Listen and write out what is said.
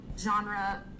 genre